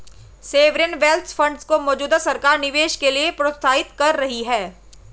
sovereign wealth funds को मौजूदा सरकार निवेश के लिए प्रोत्साहित कर रही है